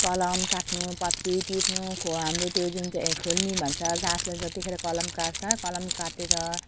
कलम काट्नु पत्ती टिप्नु को हाम्रो त्यो जुन चाहिँ खोल्नी भन्छ गाछलाई जतिखेर कलम काट्छ कलम काटेर